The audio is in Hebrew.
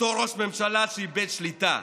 אותו ראש ממשלה שאיבד שליטה,